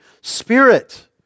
Spirit